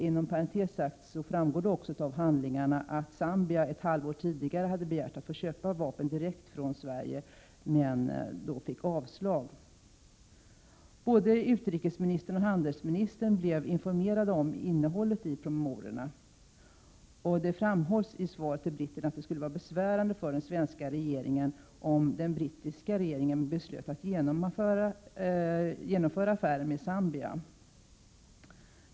Inom parentes sagt framgår det också av handlingarna att Zambia ett halvår tidigare hade begärt att få köpa vapen direkt från Sverige men fått avslag. Både utrikesministern och handelsministern blev informerade om innehållet i promemoriorna, och det framhålls i svaret till britterna att det skulle vara besvärande för den svenska regeringen, om den brittiska regeringen beslöt att genomföra affären med Zambia.